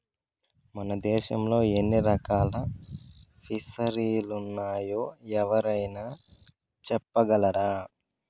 మన దేశంలో ఎన్ని రకాల ఫిసరీలున్నాయో ఎవరైనా చెప్పగలరా